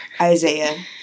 Isaiah